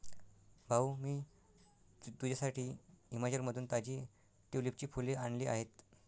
भाऊ, मी तुझ्यासाठी हिमाचलमधून ताजी ट्यूलिपची फुले आणली आहेत